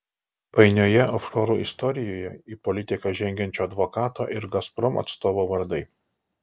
painioje ofšorų istorijoje į politiką žengiančio advokato ir gazprom atstovo vardai